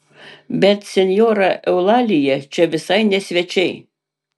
bet senjora eulalija čia visai ne svečiai